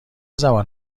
زبان